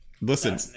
Listen